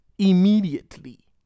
Immediately